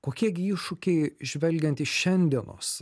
kokie gi iššūkiai žvelgiant iš šiandienos